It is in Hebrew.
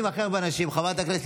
חברת הכנסת